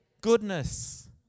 Goodness